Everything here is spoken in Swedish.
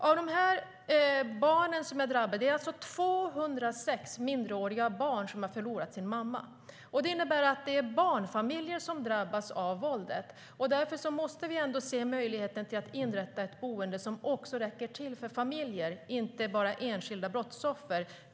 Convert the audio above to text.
206 minderåriga barn är drabbade och har förlorat sin mamma. Det innebär att det är barnfamiljer som drabbas av våldet, och därför måste vi se till möjligheten att inrätta ett boende som räcker till också för familjer och inte bara enskilda brottsoffer.